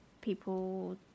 people